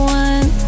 one